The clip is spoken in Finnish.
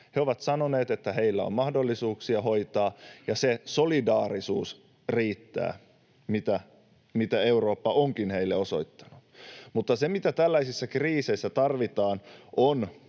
He ovat sanoneet, että heillä on mahdollisuuksia hoitaa ja se solidaarisuus riittää, mitä Eurooppa onkin heille osoittanut. Mutta se, mitä tällaisissa kriiseissä tarvitaan, on